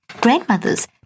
grandmothers